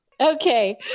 Okay